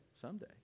someday